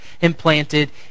implanted